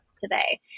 today